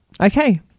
Okay